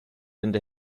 into